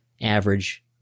average